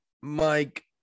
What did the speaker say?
Mike